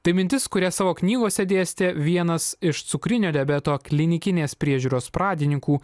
tai mintis kurią savo knygose dėstė vienas iš cukrinio diabeto klinikinės priežiūros pradininkų